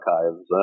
archives